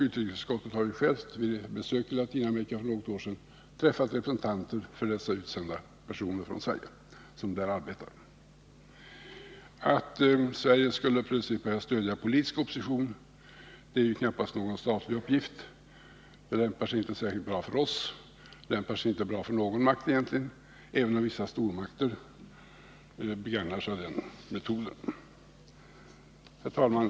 Utrikesutskottet har vid besök i Latinamerika för något år sedan träffat representanter för de från Sverige utsedda personer som arbetar där. Att plötsligt börja stödja politisk opposition är knappast någon statlig uppgift. Det lämpar sig inte särskilt bra för Sverige. Det lämpar sig egentligen inte bra för någon makt, även om vissa stormakter begagnar sig av den metoden. Herr talman!